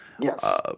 Yes